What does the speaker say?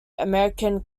american